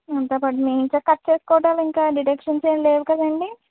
cut చేసుకోవటాలు ఇంకా deductions ఏం లేవు కదండీ